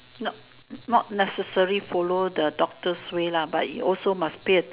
not not necessary follow the doctor's ways lah but you also must pay